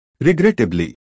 Regrettably